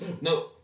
No